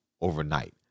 overnight